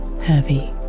heavy